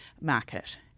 market